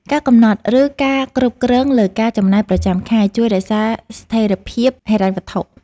ការកំណត់ ឬការគ្រប់គ្រងលើការចំណាយប្រចាំខែជួយរក្សាស្ថេរភាពហិរញ្ញវត្ថុ។